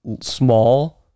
small